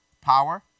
Power